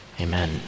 Amen